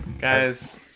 Guys